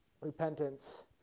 repentance